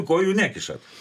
kojų nekišat